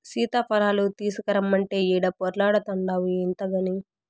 సీతాఫలాలు తీసకరమ్మంటే ఈడ పొర్లాడతాన్డావు ఇంతగని